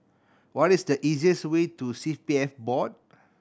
what is the easiest way to C P F Board